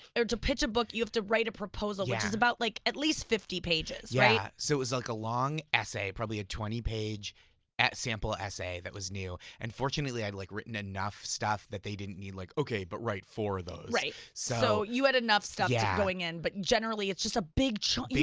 or to pitch a book, you have to write a proposal which is about like at least fifty pages, right? yeah so it was like a long essay. probably a twenty page sample essay that was new. and fortunately, i had like written enough stuff that they didn't need like, okay, but write four of those. right, so you had enough stuff going in but generally it's just a big chunk.